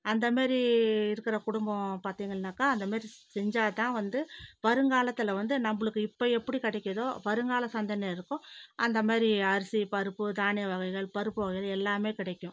அந்தமாரி இருக்கிற குடும்பம் பார்த்தீங்கள்னாக்கா அந்தமாரி செஞ்சால் தான் வந்து வருங்காலத்தில் வந்து நம்மளுக்கு இப்போ எப்படி கிடைக்குதோ வருங்கால சந்ததினருக்கும் அந்தமாதிரி அரிசி பருப்பு தானிய வகைகள் பருப்பு வகைகள் எல்லாமே கிடைக்கும்